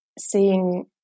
seeing